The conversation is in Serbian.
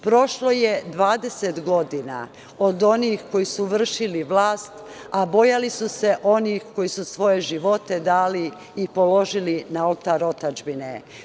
Prošlo je 20 godina od onih koji su vršili vlast, a bojali su se onih koji su svoje živote dali i položili na oltar otadžbine.